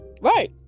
Right